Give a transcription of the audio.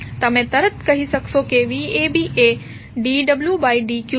તમે તરત કહી શકશો કે vab એ dwdq છે